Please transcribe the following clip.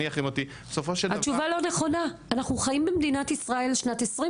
יחרים אותי -- התשובה לא נכונה אנחנו חיים במדינת ישראל שנת 2023,